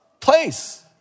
place